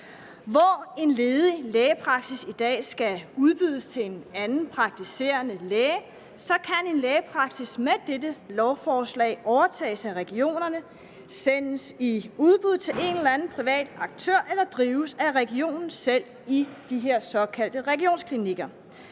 Hvor en ledig lægepraksis i dag skal udbydes til en anden praktiserende læge, kan en lægepraksis med dette lovforslag overtages af regionerne og sendes i udbud til en eller anden privat aktør eller drives af regionen selv i de her såkaldte regionsklinikker.